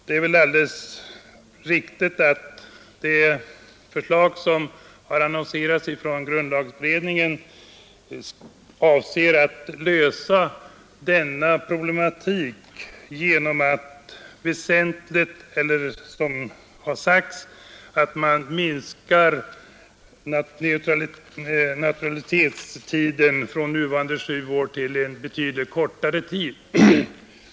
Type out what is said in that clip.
Det är alldeles riktigt som det har sagts att det förslag som har annonserats från grundlagberedningen avser att lösa denna problematik genom att naturaliseringstiden minskar från nuvarande sju år till betydligt kortare tid.